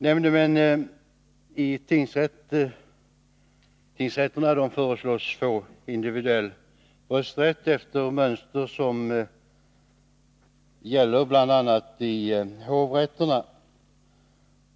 Nämndemän i tingsrätterna föreslås få individuell rösträtt efter mönster från vad som gäller i bl.a. hovrätterna.